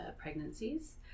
pregnancies